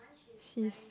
she's